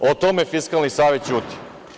O tome Fiskalni savet ćuti.